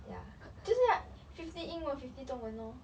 ya 就是要 fifty 英文 fifty 中文 lor